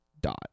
dot